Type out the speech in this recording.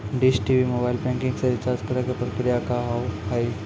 Dish TV mobile banking से recharge करे के प्रक्रिया का हाव हई?